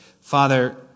Father